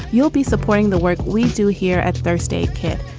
you'll be supporting the work we do here at first aid kit.